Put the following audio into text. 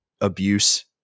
abuse